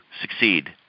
succeed